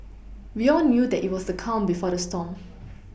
we all knew that it was the calm before the storm